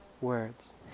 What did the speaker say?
words